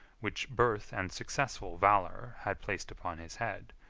which birth and successful valor had placed upon his head,